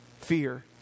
fear